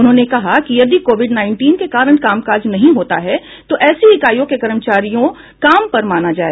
उन्होंने कहा कि यदि कोविड उन्नीस के कारण कामकाज नहीं होता है तो ऐसी इकाइयों के कर्मचारियों काम पर माना जाए